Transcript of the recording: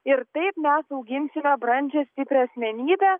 ir taip mes auginsime brandžią stiprią asmenybę